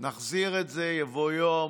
יבוא יום.